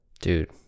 dude